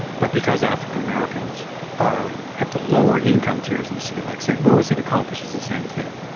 but because african-americans are at the lower income tiers in a city like st louis, it accomplishes the same thing.